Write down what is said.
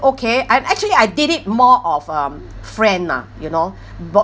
okay I'm actually I did it more of um friend lah you know